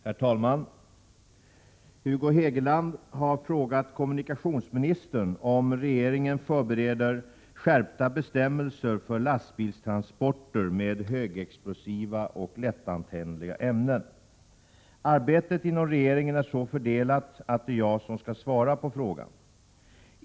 Herr talman! Hugo Hegeland har frågat kommunikationsministern om regeringen förbereder skärpta bestämmelser för lastbilstransporter med högexplosiva och lättantändliga ämnen. Arbetet inom regeringen är så fördelat att det är jag som skall svara på frågan.